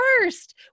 first